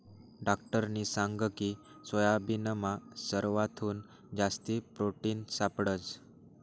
डाक्टरनी सांगकी सोयाबीनमा सरवाथून जास्ती प्रोटिन सापडंस